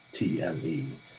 TME